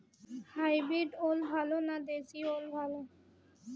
Hybrid ওল ভালো না দেশী ওল ভাল?